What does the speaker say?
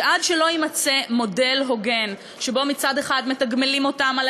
שעד שלא יימצא מודל הוגן שבו מצד אחד מתגמלים אותם על